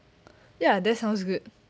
ya that sounds good